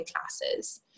classes